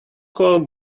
call